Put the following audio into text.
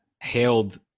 hailed